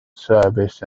service